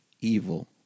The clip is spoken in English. evil